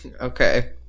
Okay